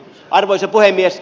arvoisa puhemies